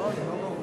ראש